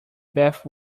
bath